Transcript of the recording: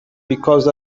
because